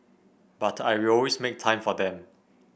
but I will always make time for them